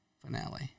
finale